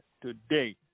today